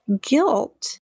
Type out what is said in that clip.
guilt